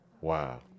Wow